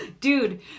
Dude